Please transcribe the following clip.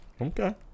Okay